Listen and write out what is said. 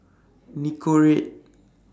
Nicorette